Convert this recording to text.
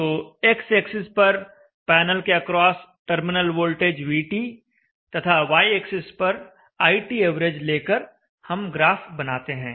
तो x axis पर panel के अक्रॉस टर्मिनल वोल्टेज vT तथा y एक्सिस पर iTav लेकर हम ग्राफ बनाते हैं